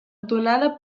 donada